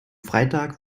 freitag